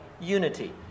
unity